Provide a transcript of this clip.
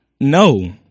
No